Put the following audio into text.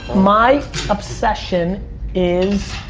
my obsession is